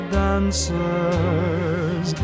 dancers